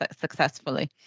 successfully